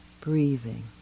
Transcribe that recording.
breathing